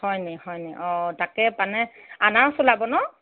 হয় নেকি হয় নেকি অ তাকে মানে আনাৰস ওলাব ন'